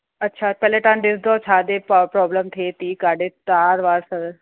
अच्छा पहिले तव्हां ॾिसंदो छा इहे प्रोब्लम थिए थी काॾे तार वार त